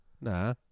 Nah